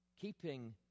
Keeping